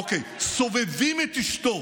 אוקיי, סובבים את אשתו